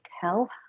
tell